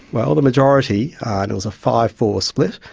well, the majority, and it was a five four split,